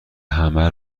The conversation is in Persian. همه